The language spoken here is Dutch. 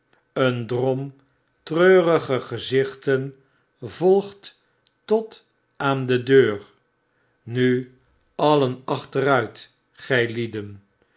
een drom treurige gezichten volgt tot aan de deur nu alien achteruit